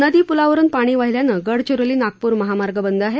नदी प्लावरुन पाणी वाहिल्यानं गडचिरोली नागपूर महामार्ग बंद आहेत